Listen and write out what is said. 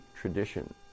tradition